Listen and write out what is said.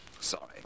Sorry